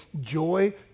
joy